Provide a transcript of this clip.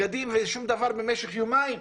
בגדים ושום דבר במשך יומיים.